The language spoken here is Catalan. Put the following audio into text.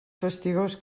fastigós